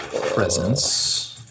presence